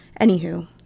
Anywho